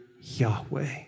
Yahweh